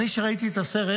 כשראיתי את הסרט,